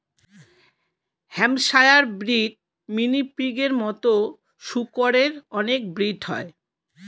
Hampshire breed, mini পিগের মতো শুকরের অনেক ব্রিড হয়